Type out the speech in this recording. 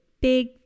big